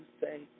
say